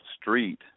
street